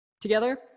together